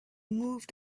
moved